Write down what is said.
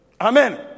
Amen